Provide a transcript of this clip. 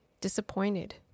disappointed